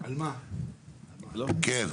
כן.